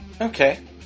Okay